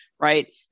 Right